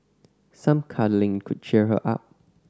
some cuddling could cheer her up